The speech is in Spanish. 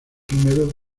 húmedos